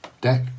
deck